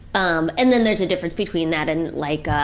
um, and then there's a difference between that and like, ah,